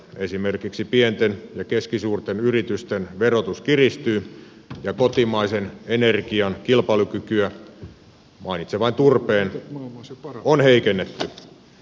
esimerkiksi pienten ja keskisuurten yritysten verotus kiristyy ja kotimaisen energian kilpailukykyä mainitsen vain turpeen on heikennetty